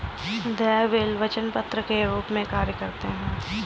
देय बिल वचन पत्र के रूप में कार्य करते हैं